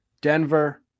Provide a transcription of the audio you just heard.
Denver